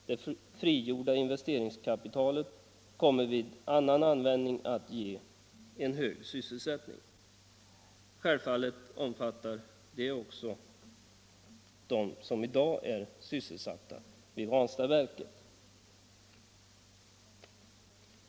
Det frigjorda investeringskapitalet kommer vid annan användning att ge högre sysselsättning. Självfallet omfattar detta också dem som i dag är sysselsatta i Ranstadsverket.